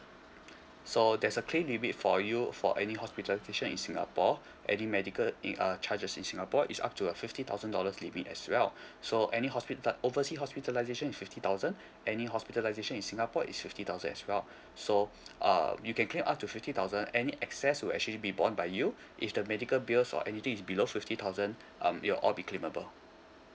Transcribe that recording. so there's a claim limit for you for any hospitalisation in singapore any medical in uh charges in singapore is up to a fifty thousand dollars limit as well so any hospital oversea hospitalisation is fifty thousand any hospitalisation in singapore is fifty thousand as well so uh you can claim up to fifty thousand any excess would actually be borne by you if the medical bills or anything is below fifty thousand um it'll all be claimable